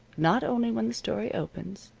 not only when the story opens,